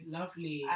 lovely